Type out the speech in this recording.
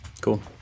Cool